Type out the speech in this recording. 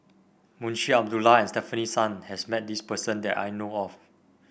Munshi Abdullah and Stefanie Sun has met this person that I know of